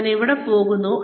ഞാൻ എവിടെ പോകുന്നു